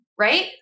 Right